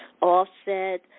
Offset